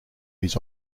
his